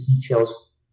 details